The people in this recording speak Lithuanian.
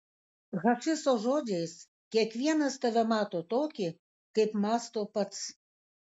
hafizo žodžiais kiekvienas tave mato tokį kaip mąsto pats